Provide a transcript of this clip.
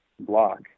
block